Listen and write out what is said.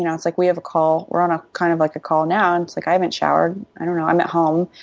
and it's like we have a call. we're ah kind of like a call now and it's like i haven't showered. i don't know, i'm at home.